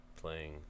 playing